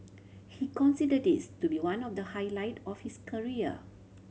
he consider this to be one of the highlight of his career